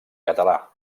català